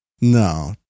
No